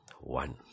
one